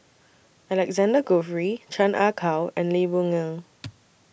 Alexander Guthrie Chan Ah Kow and Lee Boon Ngan